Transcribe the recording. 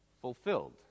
fulfilled